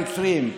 יוצרים.